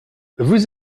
vous